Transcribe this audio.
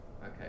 Okay